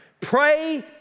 Pray